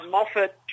Moffat